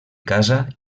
casa